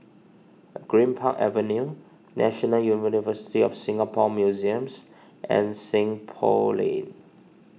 Greenpark Avenue National University of Singapore Museums and Seng Poh Lane